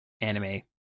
anime